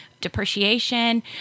depreciation